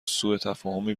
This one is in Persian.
سوتفاهمی